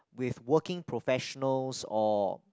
with working professionals or